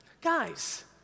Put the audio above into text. Guys